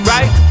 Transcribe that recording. Right